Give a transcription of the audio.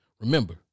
Remember